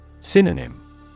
Synonym